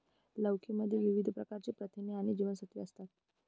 लौकी मध्ये विविध प्रकारची प्रथिने आणि जीवनसत्त्वे असतात